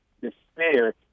despair